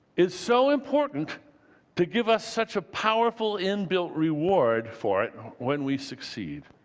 it's so important to give us such a powerful inbuilt reward for it when we succeed?